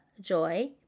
joy